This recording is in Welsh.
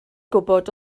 gwybod